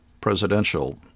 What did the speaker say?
presidential